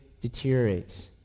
deteriorates